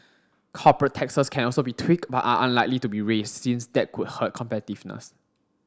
corporate taxes can also be tweaked but are unlikely to be raised since that could hurt competitiveness